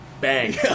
Bang